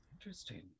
Interesting